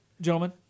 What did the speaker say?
Gentlemen